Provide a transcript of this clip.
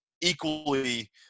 equally